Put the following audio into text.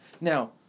now